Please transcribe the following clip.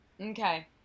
Okay